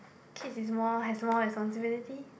kids is more has more responsibility